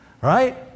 Right